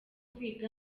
kwiga